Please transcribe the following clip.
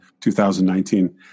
2019